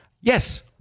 Yes